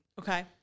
Okay